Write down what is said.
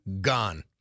gone